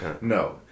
no